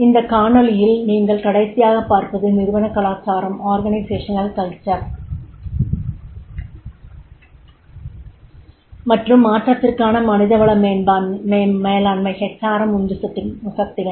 இந்த காணொளி யில் நீங்கள் கடைசியாகப் பார்ப்பது நிறுவனக் கலாச்சாரம் மற்றும் மாற்றத்திற்கான மனித வள மேலாண்மை உந்துசக்திகள்